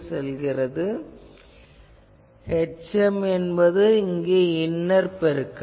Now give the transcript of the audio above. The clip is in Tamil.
மேலும் hm எனபதும் இன்னர் பெருக்கல்